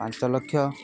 ପାଞ୍ଚ ଲକ୍ଷ